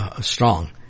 strong